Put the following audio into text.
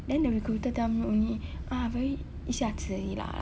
then the recruiter tell me only ah very 一下子而已 lah